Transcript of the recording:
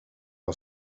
del